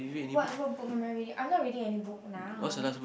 what what book am I reading I'm not reading any book now